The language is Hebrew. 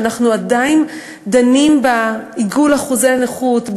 על כך שאנחנו עדיין דנים בעיגול אחוזי הנכות,